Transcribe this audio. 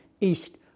east